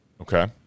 Okay